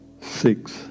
six